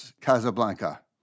Casablanca